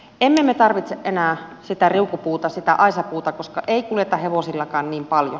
emme me tarvitse enää sitä riukupuuta sitä aisapuuta koska ei kuljeta hevosillakaan niin paljon